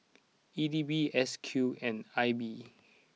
E D B S Q and I B